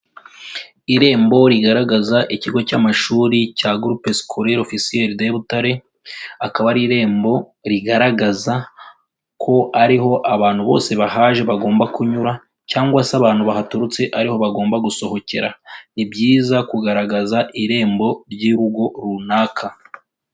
Irembo rigaragaza ikigo cy'amashuri cya gurupe sikorere ofisiyeri de Butare, akaba ari irembo rigaragaza ko ariho abantu bose bahaje bagomba kunyura cyangwa se abantu bahaturutse ariho bagomba gusohokera. Ni byiza kugaragaza irembo ry'urugo runaka.